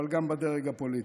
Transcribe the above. אבל גם בדרג הפוליטי.